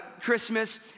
Christmas